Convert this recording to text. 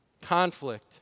conflict